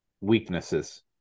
weaknesses